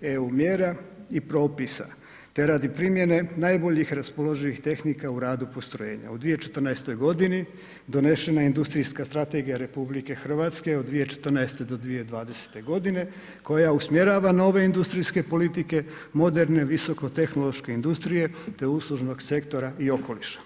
EU mjera i propisa te radi primjene najboljih raspoloživih tehnika i radu postrojenja u 2014. g. donesena je industrijska strategija RH od 2014.-2020. g. koja usmjerava nove industrijske politike, moderne, visokotehnološke industrije te uslužnog sektora i okoliša.